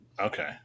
Okay